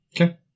Okay